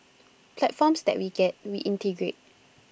platforms that we get we integrate